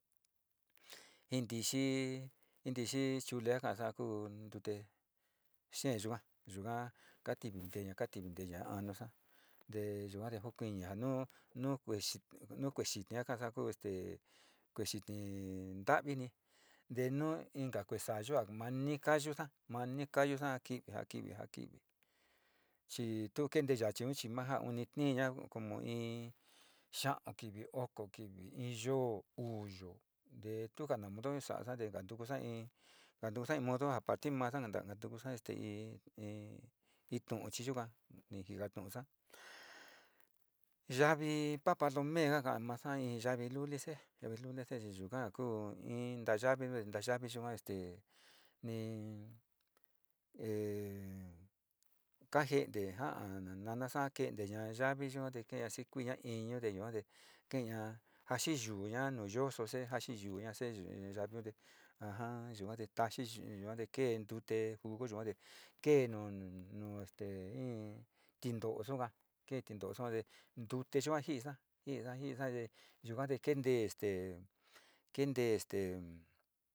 In ntixi, in ntixi chule a ka kasa ntute xee yuga yuga kativitee kativiteena añusa te yua jukuini nu, nu kuee xinii ka ka'a ku este kuee xini ntavini ntenu inka kue'e saayu a mani kayusa nani kayusa ja kiy, ka ki'ivi, chi tu kente yachi un chima uni tiiña ku como in xiau kivi, okokivi, in yoo, uu yoo te tukana modo sa'asa te kantukusa in modo a tii masa tukusa in, in tu'un ichi yuka ni jikatu'usa yavi papa lo mee ka'asa in yavi lute lutuse yuka a kuu in todo yavi yua este in, in kajente ja'a nanasa kenteña yavi yua te ke'eña sikuiña iñu yua te ajá yua te taxi yua te kee ntutee te jugo yua te kee nu este in tinto'o yuka, kee tinto'o yuka te tute yua ji'iisa ji'iisa jiisa te yuga kentee este kente este.